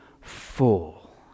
full